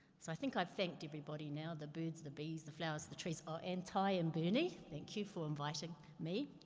so i think i've thanked everybody now, the birds and the bees the flowers the trees. oh, and ty and bernie, thank you for inviting me.